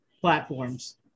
platforms